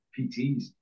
PTs